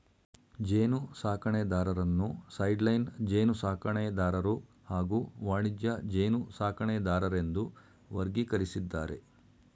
ಜೇನುಸಾಕಣೆದಾರರನ್ನು ಸೈಡ್ಲೈನ್ ಜೇನುಸಾಕಣೆದಾರರು ಹಾಗೂ ವಾಣಿಜ್ಯ ಜೇನುಸಾಕಣೆದಾರರೆಂದು ವರ್ಗೀಕರಿಸಿದ್ದಾರೆ